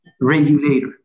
regulator